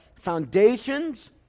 foundations